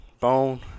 Bone